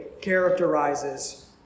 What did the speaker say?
characterizes